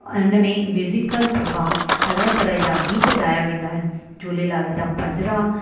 ऐं उन में म्युजीकल प्रोग्राम तरह तरह जा गीत ॻाया वेंदा आहिनि झूलेलाल जा पंजिरा